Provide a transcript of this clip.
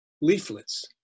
leaflets